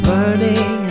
Burning